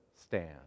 stand